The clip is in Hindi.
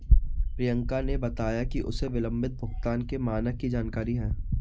प्रियंका ने बताया कि उसे विलंबित भुगतान के मानक की जानकारी है